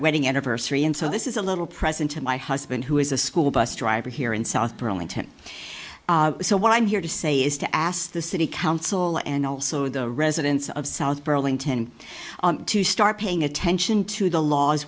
wedding anniversary and so this is a little present to my husband who is a school bus driver here in south pearlington so what i'm here to say is to ask the city council and also the residents of south burlington to start paying attention to the laws